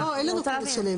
לא, אין לנו פרק שלם.